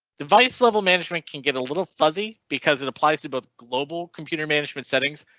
device level management can get a little fuzzy because it applies to both global computer management settings.